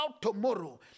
tomorrow